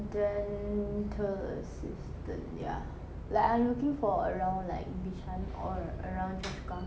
dental assistant ya like I'm looking for around like bishan or around choa chu kang